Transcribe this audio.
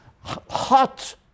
hot